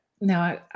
now